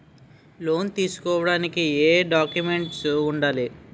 Loan తీసుకోడానికి ఏయే documents వుండాలి?